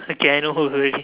okay I know who already